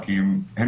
ואנחנו מודעים אליהם,